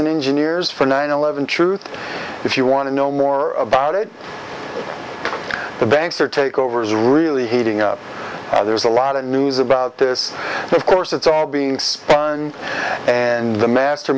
engineers for nine eleven truth if you want to know more about it the banks are takeovers really heating up there's a lot of news about this of course it's all being spun and the master